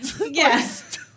yes